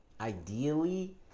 ideally